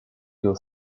your